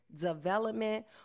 development